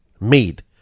made